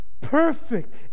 Perfect